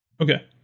Okay